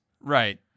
Right